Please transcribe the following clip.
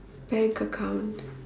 bank account